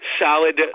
solid